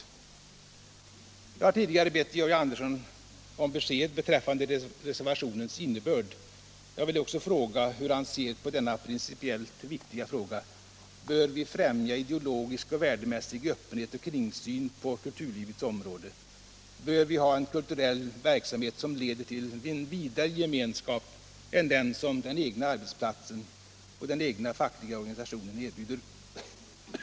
Jag har tidigare bett Georg Andersson om besked beträffande reservationens innebörd. Jag vill också fråga hur han ser på denna principiellt viktiga fråga: Bör vi främja ideologisk och värdemässig öppenhet och kringsyn på kulturlivets område? Bör vi ha en kulturell verksamhet som leder till en vidare gemenskap än den som den egna arbetsplatsen och den egna fackliga organisationen erbjuder?